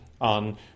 on